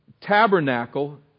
tabernacle